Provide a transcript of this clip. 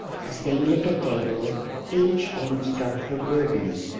as they neared the table each almost dropped her burden.